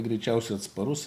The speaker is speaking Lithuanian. greičiausia atsparus